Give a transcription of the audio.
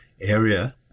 area